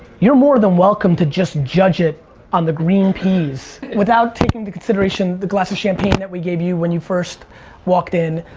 you're more than welcome to just judge it on the green peas. without taking into consideration the glass of champagne that we gave you when you first walked in,